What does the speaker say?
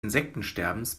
insektensterbens